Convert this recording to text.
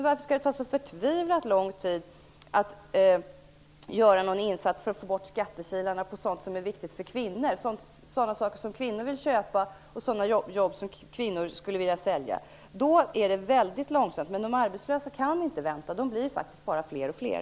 Varför skall det då ta så förtvivlat lång tid att göra en insats för att få bort skattekilarna på sådant som är viktigt för kvinnor - sådana saker som kvinnor vill köpa och sådana jobb som kvinnor skulle vilja sälja? Då går det väldigt långsamt. Men de arbetslösa kan inte vänta. De blir faktiskt bara fler och fler.